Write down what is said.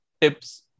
tips